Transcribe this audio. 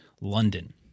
London